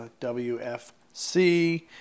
wfc